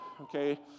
okay